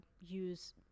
use